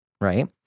right